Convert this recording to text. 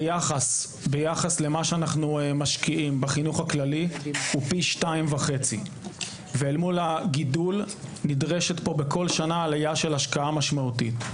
היחס ביחס למה שאנחנו משקיעים בחינוך הכללי הוא פי 2.5. ואל מול הגידול נדרשת פה בכל שנה עלייה של השקעה משמעותית.